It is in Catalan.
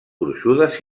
gruixudes